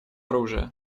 оружия